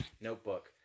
notebook